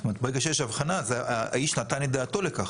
ברגע שיש הבחנה האיש נתן את דעתו לכך.